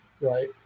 right